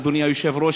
אדוני היושב-ראש,